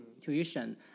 tuition